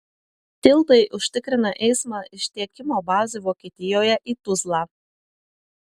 tiltai užtikrina eismą iš tiekimo bazių vokietijoje į tuzlą